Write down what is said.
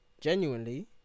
Genuinely